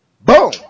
Boom